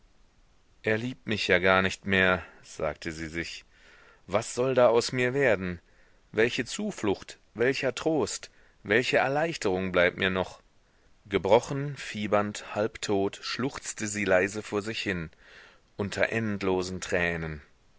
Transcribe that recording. er liebt mich ja gar nicht mehr sagte sie sich was soll da aus mir werden welche zuflucht welcher trost welche erleichterung bleibt mir noch gebrochen fiebernd halbtot schluchzte sie leise vor sich hin unter endlosen tränen